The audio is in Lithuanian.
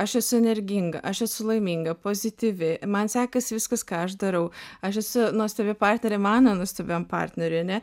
aš esu energinga aš esu laiminga pozityvi man sekasi viskas ką aš darau aš esu nuostabi partnerė mano nuostabiam partneriui ane